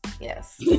Yes